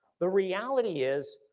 the reality is,